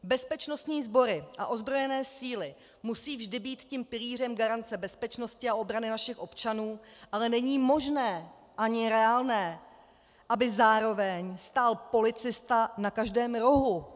Bezpečnostní sbory a ozbrojené síly musí vždy být tím pilířem garance bezpečnosti a obrany našich občanů, ale není možné ani reálné, aby zároveň stál policista na každém rohu.